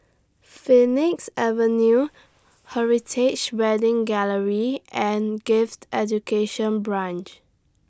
Phoenix Avenue Heritage Wedding Gallery and Gifted Education Branch